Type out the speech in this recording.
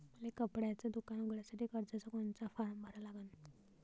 मले कपड्याच दुकान उघडासाठी कर्जाचा कोनचा फारम भरा लागन?